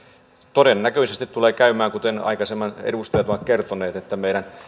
todennäköisesti tulee käymään kuten aikaisemmin edustajat ovat kertoneet että meidän